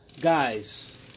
Guys